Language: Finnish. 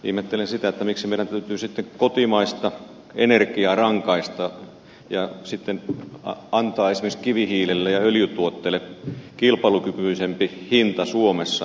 ihmettelen sitä miksi meidän täytyy sitten kotimaista energiaa rangaista ja antaa esimerkiksi kivihiilelle ja öljytuotteille kilpailukykyisempi hinta suomessa